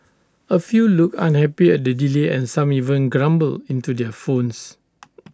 A few looked unhappy at the delay and some even grumbled into their phones